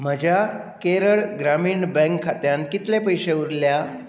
म्हज्या केरळ ग्रामीण बँक खात्यांत कितलें पयशें उरल्या